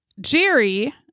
Jerry